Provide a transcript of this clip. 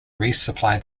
resupply